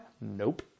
Nope